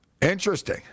Interesting